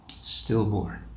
Stillborn